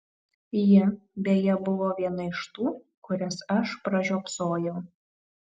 ji beje buvo viena iš tų kurias aš pražiopsojau